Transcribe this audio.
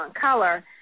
color